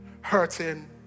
hurting